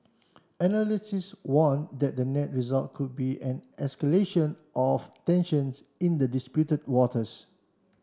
analysts warn that the net result could be an escalation of tensions in the disputed waters